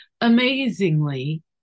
Amazingly